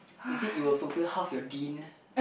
is it you will fulfill half your deen